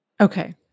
Okay